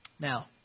Now